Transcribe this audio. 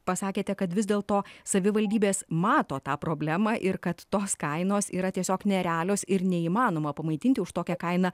pasakėte kad vis dėlto savivaldybės mato tą problemą ir kad tos kainos yra tiesiog nerealios ir neįmanoma pamaitinti už tokią kainą